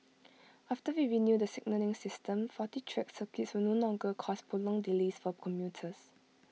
after we renew the signalling system faulty track circuits will no longer cause prolonged delays for commuters